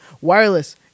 wireless